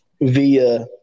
via